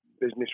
business